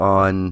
on